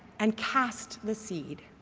and cast the seed.